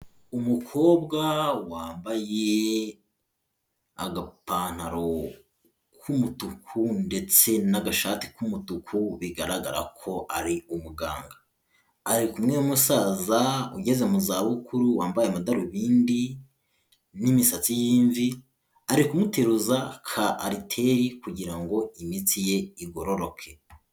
Umukobwa wambaye agapantaro k'umutuku ndetse n'agashati k'umutuku bigaragara ko ari umuganga, arikumwe n'umusaza ugeze mu za bukuru wambaye amadarubindi n'imisatsi y'imvi, ari kumuteruza ka ariteri kugira ngo imitsi ye igororoke.